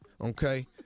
okay